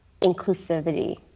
inclusivity